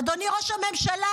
אדוני ראש הממשלה,